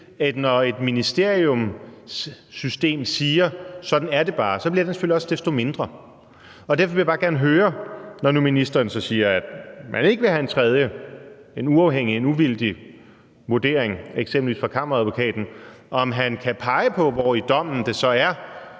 når et ministeriumssystem siger, at sådan er det bare, så selvfølgelig også desto mindre. Derfor vil jeg bare gerne høre, når nu ministeren så siger, at man ikke vil have en tredje, en uafhængig, en uvildig vurdering, eksempelvis fra Kammeradvokaten, om han kan pege på, hvor i dommen det så er